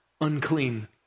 unclean